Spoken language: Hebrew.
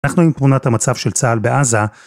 אנחנו עם תמונת המצב של צה״ל בעזה.